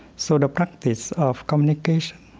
so the practice of communication,